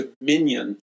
dominion